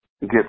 Get